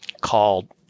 called